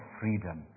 freedom